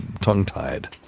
tongue-tied